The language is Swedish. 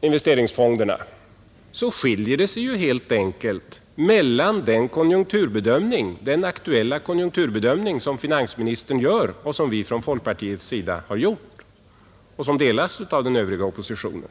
investeringsfonderna skiljer det helt enkelt mellan den aktuella konjunkturbedömning som finansministern gör och som vi från folkpartiets sida har gjort och som delas av den övriga oppositionen.